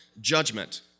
Judgment